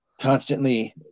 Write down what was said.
constantly